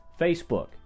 Facebook